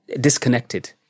disconnected